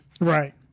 Right